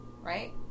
right